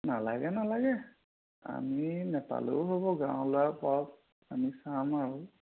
নালাগে নালাগে আমি নেপালেও হ'ব গাঁৱৰ ল'ৰা পাওক আমি চাম আৰু